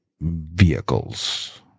vehicles